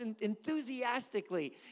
enthusiastically